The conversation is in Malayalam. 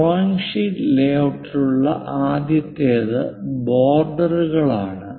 ഡ്രോയിംഗ് ഷീറ്റ് ലേഔട്ടിലുള്ള ആദ്യത്തേത് ബോർഡറുകൾ ആണ്